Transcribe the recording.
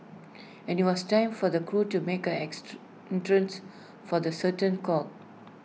and IT was time for the crew to make an for the curtain call